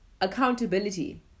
accountability